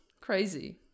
Crazy